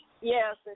Yes